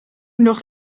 nog